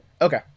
Okay